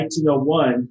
1901